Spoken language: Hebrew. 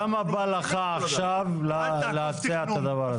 למה בא לך עכשיו להציע את הדבר הזה?